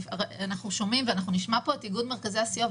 אנחנו שומעים ונשמע פה את איגוד מרכזי הסיוע,